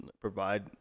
provide